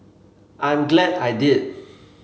I'm glad I did